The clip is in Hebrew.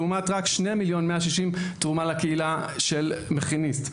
לעומת 2,160,000 שעות תרומה לקהילה של מכיניסט.